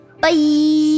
Bye